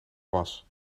was